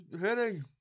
hitting